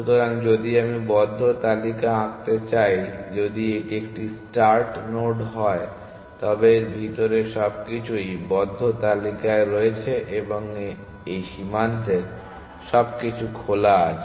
সুতরাং যদি আমি বন্ধ তালিকা আঁকতে চাই যদি এটি একটি স্টার্ট নোড হয় তবে এর ভিতরের সবকিছুই বন্ধ তালিকায় রয়েছে এবং এই সীমান্তের সবকিছু খোলা আছে